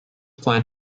plant